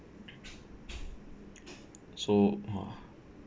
so uh